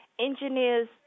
engineers